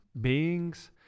beings